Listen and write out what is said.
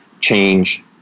change